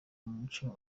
n’umuco